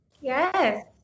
Yes